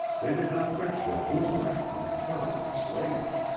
they did not wish their boomerang to return and slay them.